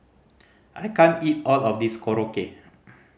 I can't eat all of this Korokke